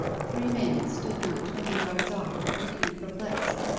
three men stood not twenty yards off, looking perplexed.